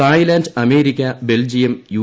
Thailand America Belgium U